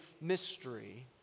mystery